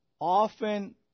often